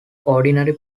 ordinary